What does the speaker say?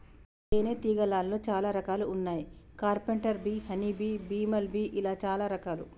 తేనే తీగలాల్లో చాలా రకాలు వున్నాయి carpenter bee honey bee, bumble bee ఇలా చాలా రకాలు